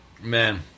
man